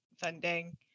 funding